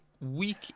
week